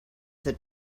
that